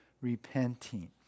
repenting